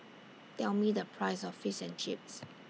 Tell Me The Price of Fish and Chips